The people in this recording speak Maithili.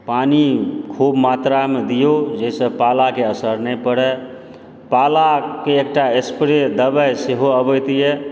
पानी खुब मात्रामे दिऔ जाहिसँ पालाके असर नहि पड़य पालाके एकटा स्प्रे दबाइ सेहो अबैतए